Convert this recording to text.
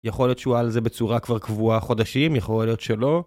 יכול להיות שהוא על זה בצורה כבר קבועה חודשים, יכול להיות שלא.